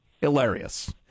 hilarious